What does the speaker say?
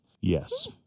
Yes